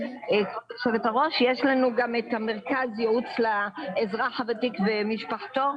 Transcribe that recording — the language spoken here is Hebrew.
את מרכז הייעוץ לאזרח הוותיק ומשפחתו,